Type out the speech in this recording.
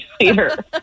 later